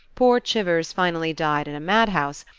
poor chivers finally died in a madhouse,